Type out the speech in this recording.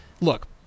Look